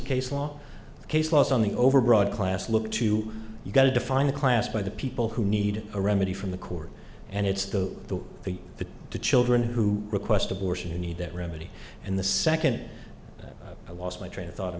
case law case laws on the over broad class look to you got to define a class by the people who need a remedy from the court and it's go to the the the children who request abortion you need that remedy and the second that i lost my train of thought i'm